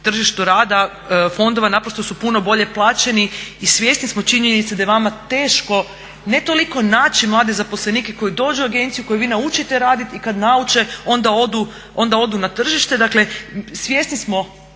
tržištu rada fondova naprosto su puno bolje plaćeni i svjesni smo činjenice da je vama teško ne toliko naći mlade zaposlenike koji dođu u agenciju koje vi naučite raditi i kada nauče onda odu na tržište, dakle svjesni smo